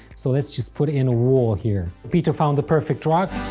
so let's just put in a wall here. peter found a perfect rock.